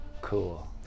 cool